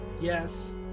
Yes